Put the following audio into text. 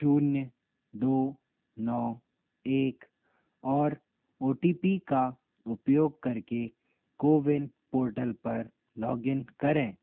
शून्य दो नौ एक और ओ टी पी का उपयोग कर के कोविन पोर्टल पर लॉग इन करें